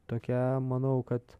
tokia manau kad